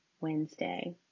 Wednesday